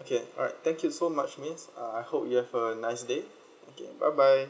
okay alright thank you so much miss uh I hope you have a nice day okay bye bye